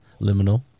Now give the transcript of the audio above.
Liminal